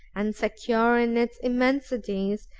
and secure in its immensities,